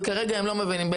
וכרגע הם לא מבינים את זה,